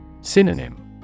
Synonym